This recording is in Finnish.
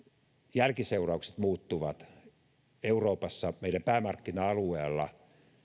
jälkiseuraukset muuttuvat euroopassa meidän päämarkkina alueella